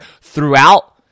throughout